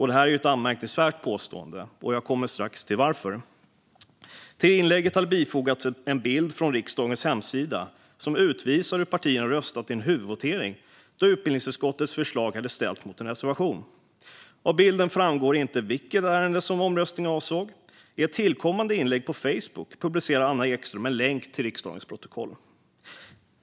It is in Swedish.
Det är ett anmärkningsvärt påstående. Jag kommer strax till varför. Till inlägget hade bifogats en bild från riksdagens hemsida som visar hur partierna röstat i en huvudvotering där utbildningsutskottets förslag hade ställts mot en reservation. Av bilden framgår inte vilket ärende som omröstningen avsåg. I ett tillkommande inlägg på Facebook publicerade Anna Ekström en länk till riksdagens protokoll.